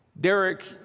Derek